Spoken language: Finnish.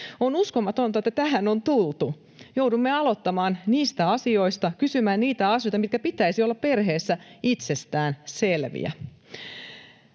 On uskomatonta, että tähän on tultu: joudumme aloittamaan niistä asioista, kysymään niitä asioita, joiden pitäisi olla perheessä itsestään selviä.